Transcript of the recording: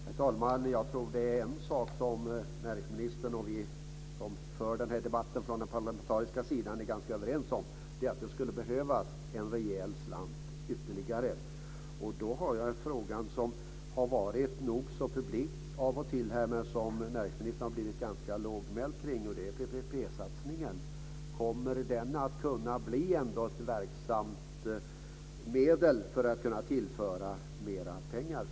Herr talman! Jag tror att det finns en sak som näringsministern och vi som för debatten från den parlamentariska sidan är ganska överens om: Det skulle behövas ytterligare en rejäl slant. Jag har en fråga som har varit nog så publik av och till här men som näringsministern har blivit ganska lågmäld kring. Det gäller PPP-satsningen. Kommer den att kunna bli ett verksamt medel för att kunna tillföra mer pengar?